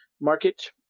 market